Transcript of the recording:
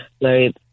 Larry